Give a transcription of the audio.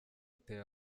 ateye